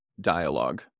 dialogue